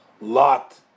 lot